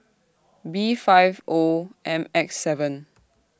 B five O M X seven